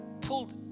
pulled